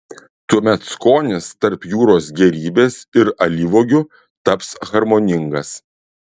tuomet skonis tarp jūros gėrybės ir alyvuogių taps harmoningas